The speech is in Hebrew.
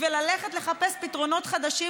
וללכת לחפש פתרונות חדשים,